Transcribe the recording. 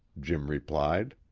jim replied.